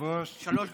היושב-ראש, שלוש דקות.